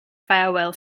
farewell